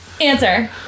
Answer